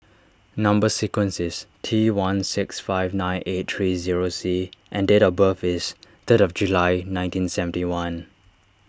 Number Sequence is T one six five nine right three zero C and date of birth is third of July nineteen seventy one